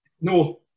No